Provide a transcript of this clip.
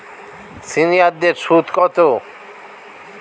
সিনিয়ারদের সুদ কত?